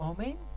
Amen